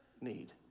need